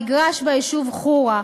מגרש ביישוב חורה,